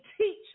teach